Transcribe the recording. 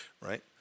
right